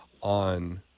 on